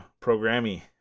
programmy